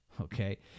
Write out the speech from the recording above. okay